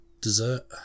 Dessert